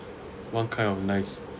[one] kind of nice